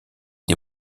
des